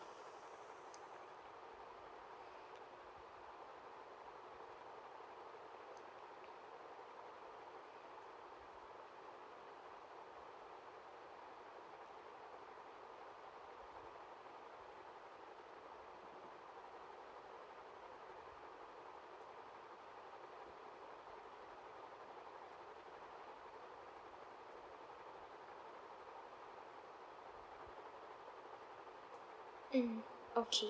mm okay